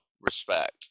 respect